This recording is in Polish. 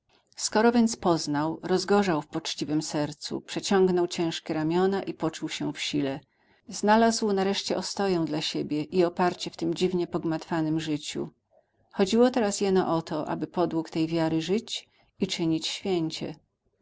skoro więc poznał rozgorzał w poczciwym sercu przeciągnął ciężkie ramiona i poczuł się w sile znalazł nareszcie ostoję dla siebie i oparcie w tym dziwnie pogmatwanem życiu chodziło teraz jeno o to aby podług tej wiary żyć i czynić święcie